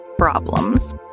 problems